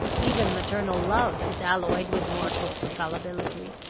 even maternal love is alloyed with mortal fallibility.